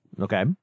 Okay